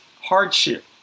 hardship